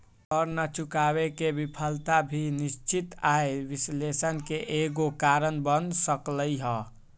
कर न चुकावे के विफलता भी निश्चित आय विश्लेषण के एगो कारण बन सकलई ह